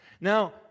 Now